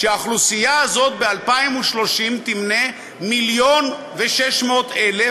שהאוכלוסייה הזאת ב-2030 תמנה 1.6 מיליון,